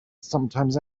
sometimes